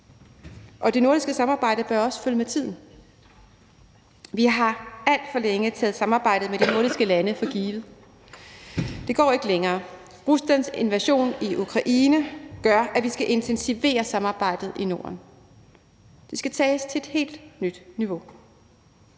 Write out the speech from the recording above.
at det nordiske samarbejde også bør følge med tiden. Vi har alt for længe taget samarbejdet med de nordiske lande for givet – det går ikke længere. Ruslands invasion af Ukraine gør, at vi skal intensivere samarbejdet i Norden – det skal tages til et helt nyt niveau.